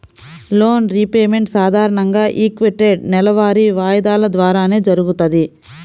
loan repayment సాధారణంగా equated నెలవారీ వాయిదాల ద్వారానే జరుగుతది